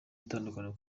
itandukaniro